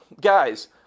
guys